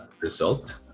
result